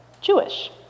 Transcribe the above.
Jewish